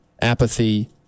apathy